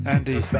Andy